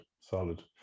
solid